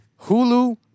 Hulu